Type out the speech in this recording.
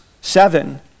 seven